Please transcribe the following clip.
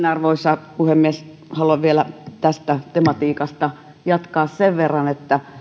arvoisa puhemies haluan vielä tästä tematiikasta jatkaa sen verran että